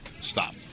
Stop